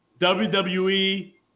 WWE